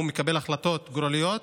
הוא מקבל החלטות גורליות.